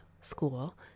school